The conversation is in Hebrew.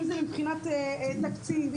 אם זה מבחינת תקציב,